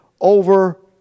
over